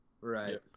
Right